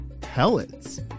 pellets